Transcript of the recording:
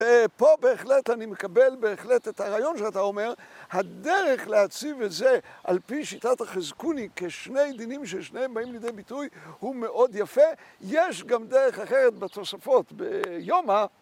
פה בהחלט אני מקבל בהחלט את הרעיון שאתה אומר. הדרך להציב את זה על פי שיטת החזקוני כשני דינים ששניהם באים לידי ביטוי הוא מאוד יפה. יש גם דרך אחרת בתוספות ביומא.